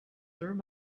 through